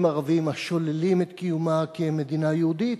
ערבים השוללים את קיומה כמדינה יהודית.